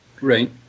Right